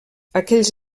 aquells